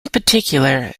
particular